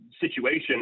situation